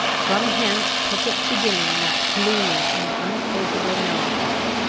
from hence took its beginning that gloomy and unsociable melancholy,